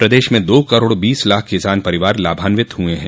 प्रदेश में दो करोड़ बीस लाख किसान परिवार लाभान्वित हुए हैं